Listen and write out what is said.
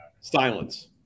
Silence